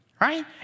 right